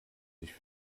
dich